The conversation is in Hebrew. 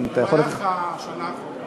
אתה יכול, במהלך השנה הקרובה.